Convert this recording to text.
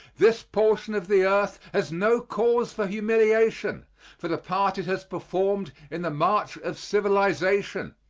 this portion of the earth has no cause for humiliation for the part it has performed in the march of civilization.